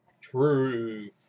true